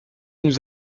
nous